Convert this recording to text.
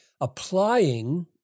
applying